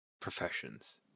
professions